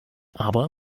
aber